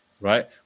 right